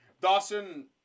Dawson